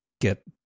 get